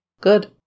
Good